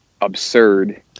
absurd